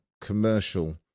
commercial